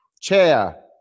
chair